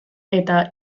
eta